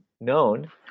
known